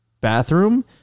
bathroom